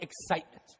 excitement